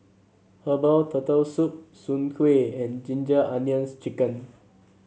Herbal Turtle Soup Soon Kway and Ginger Onions chicken